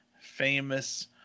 famous